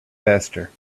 faster